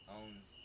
owns